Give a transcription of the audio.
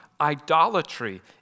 idolatry